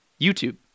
YouTube